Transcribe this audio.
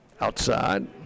Outside